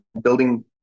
building